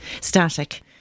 static